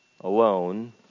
alone